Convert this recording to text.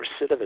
recidivism